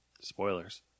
Spoilers